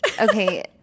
Okay